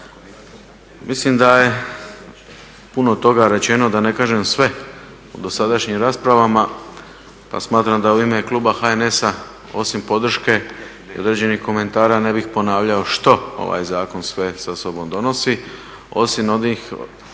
Mislim da je puno toga rečeno, da ne kažem sve, u dosadašnjim raspravama pa smatram da u ime kluba HNS-a osim podrške i određenih komentara ne bih ponavljao što ovaj zakon sve sa sobom donosi osim onih